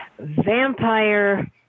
vampire